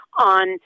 on